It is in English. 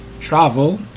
travel